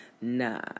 Nah